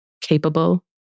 capable